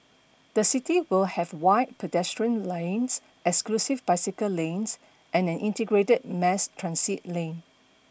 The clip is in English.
the city will have wide pedestrian lanes exclusive bicycle lanes and an integrated mass transit lane